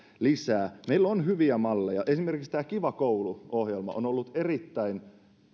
lisää meillä on hyviä malleja esimerkiksi tämä kiva koulu ohjelma on ollut erittäin